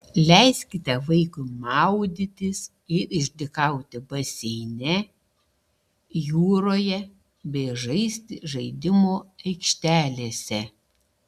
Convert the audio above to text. leiskite vaikui maudytis ir išdykauti baseine jūroje bei žaisti žaidimų aikštelėse